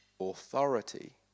authority